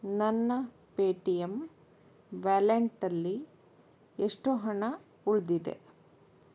ನನ್ನ ಪೇಟಿಎಮ್ ವ್ಯಾಲೆನ್ಟ್ಟಲ್ಲಿ ಎಷ್ಟು ಹಣ ಉಳಿದಿದೆ